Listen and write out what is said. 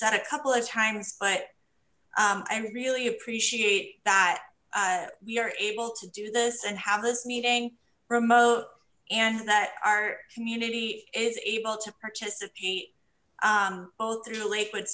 said a couple of times but i really appreciate that we are able to do this and have this meeting remote and that our community is able to participate both through the lakewood